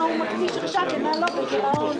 הוא עושה עכשיו ומה לא כאשר יש גירעון?